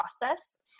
process